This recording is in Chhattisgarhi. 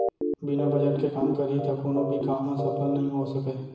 बिना बजट के काम करही त कोनो भी काम ह सफल नइ हो सकय